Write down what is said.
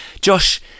Josh